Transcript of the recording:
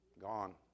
Gone